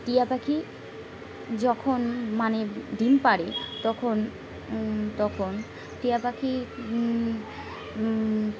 টিয়া পাখি যখন মানে ডিম পারি তখন তখন টিয়া পাখি